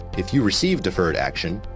if you receive deferred action,